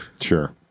Sure